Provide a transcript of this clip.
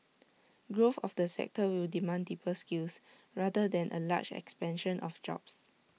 growth of the sector will demand deeper skills rather than A large expansion of jobs